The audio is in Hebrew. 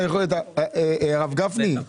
הרב גפני,